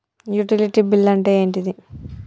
Utility bill అంటే ఏంటిది?